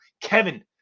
Kevin